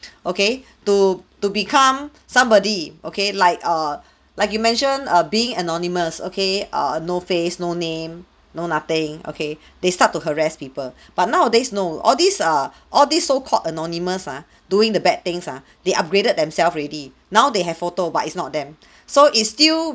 okay to to become somebody okay like err like you mention are being anonymous okay err no face no name no nothing okay they start to harass people but nowadays no all these err all these so called anonymous ah doing the bad things ah they upgraded themselves already now they have photo but it's not them so it still